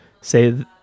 say